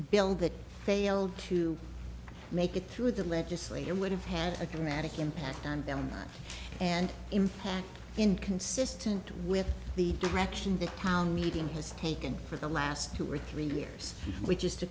bill that failed to make it through the legislature would have had a dramatic impact on them and impact inconsistent with the direction the town meeting has taken for the last two or three years which is to